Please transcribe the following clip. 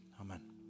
Amen